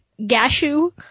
Gashu